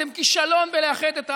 אתם כישלון בלאחד את העם.